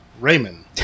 Raymond